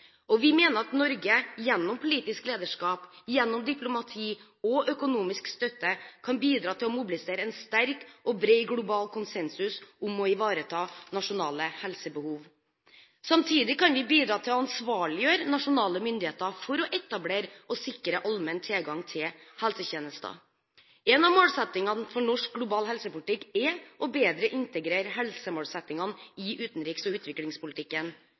Vi mener at Norge gjennom politisk lederskap, diplomati og økonomisk støtte kan bidra til å mobilisere en sterk og bred global konsensus om å ivareta nasjonale helsebehov. Samtidig kan vi bidra til å ansvarliggjøre nasjonale myndigheter med hensyn til å etablere og sikre allmenn tilgang til helsetjenester. En av målsettingene for norsk global helsepolitikk er bedre å integrere helsemålsettingene i utenriks- og utviklingspolitikken.